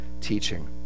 teaching